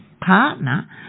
partner